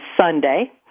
Sunday